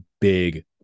big